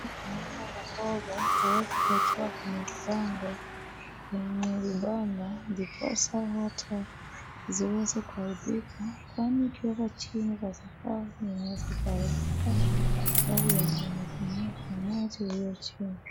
Naona vifaa vikiwa kwenye vipango, kwenye vibanda, ndiposa watu waweze kufaidika kwani ikiwekwa chini kwa sakafu zainaweza zikaharibika mbele ya zingine kwa maji iliyochini.